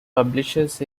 publishes